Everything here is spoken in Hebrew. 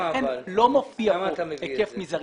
לכן לא מופיע כאן היקף מזערי.